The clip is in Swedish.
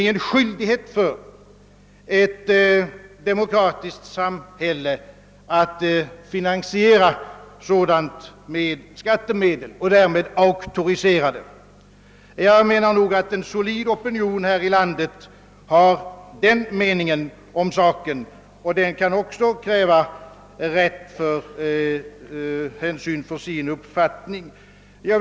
Men det är inte ett demokratiskt samhälles uppgift eller skyldighet att med skattemedel finansiera och därmed auktorisera sådan verksamhet. En solid opinion här i landet hyser den meningen, och den kan också kräva hänsyn för sin uppfattning.